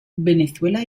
venezuela